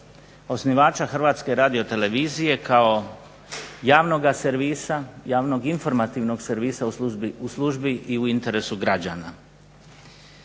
osnivača Hrvatske radiotelevizije kao javnoga servisa, javnog informativnog servisa u službi i u interesu građana.